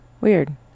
Weird